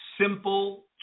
simple